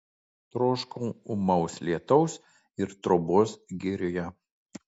troškau ūmaus lietaus ir trobos girioje